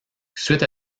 suite